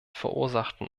verursachten